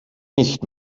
nicht